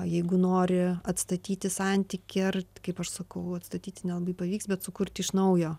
jeigu nori atstatyti santykį ar kaip aš sakau atstatyti nelabai pavyks bet sukurti iš naujo